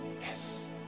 Yes